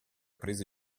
prese